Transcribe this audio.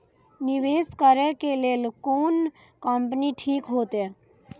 निवेश करे के लेल कोन कंपनी ठीक होते?